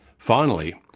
finally,